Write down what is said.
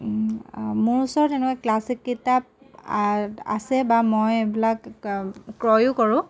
মোৰ ওচৰত তেনেকুৱা ক্লাছিক কিতাপ আছে বা মই এইবিলাক ক্ৰয়ো কৰোঁ